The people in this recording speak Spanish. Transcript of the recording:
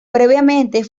previamente